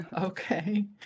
Okay